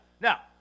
Now